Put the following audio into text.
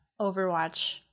Overwatch